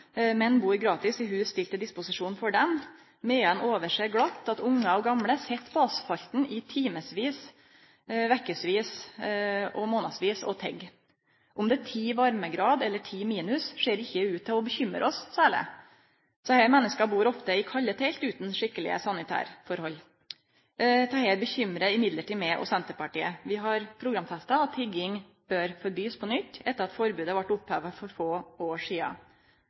bur gratis i hus stilte til disposisjon for dei, medan dei glatt overser at ungar og gamle sit på asfalten i timevis, vekevis og månadsvis og tigg. Om det er ti varmegrader eller ti minus, ser ikkje ut til å bekymre oss særleg. Desse menneska bur ofte i kalde telt utan skikkelege sanitærforhold. Dette bekymrar likevel meg og Senterpartiet. Vi har programfesta at tigging bør bli forbode på nytt, etter at forbodet vart oppheva for få år sidan.